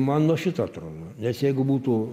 man nuo šito atrodo nes jeigu būtų